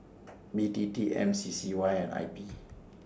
B T T M C C Y and I P